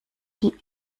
die